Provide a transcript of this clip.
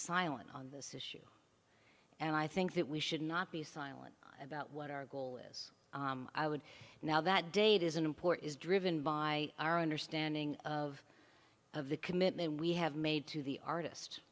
silent on this issue and i think that we should not be silent about what our goal is i would now that date is an import is driven by our understanding of of the commitment we have made to the artist